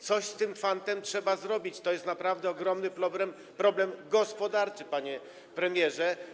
Coś z tym fantem trzeba zrobić, to jest naprawdę ogromny problem gospodarczy, panie premierze.